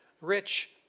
rich